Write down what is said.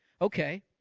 Okay